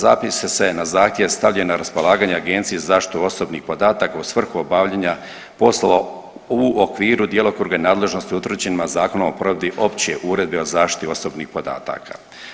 Zapis će se na zahtjev stavljen na raspolaganje Agenciji za zaštitu osobnih podataka u svrhu obavljanja poslova u okviru djelokruga i nadležnosti utvrđenima Zakonom o provedbi Opće uredbe o zaštiti osobnih podataka.